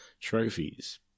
trophies